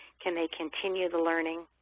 can they continue the learning.